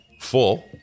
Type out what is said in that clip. full